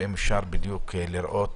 ולראות